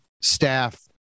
staff